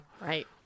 right